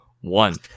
one